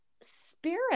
spirit